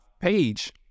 page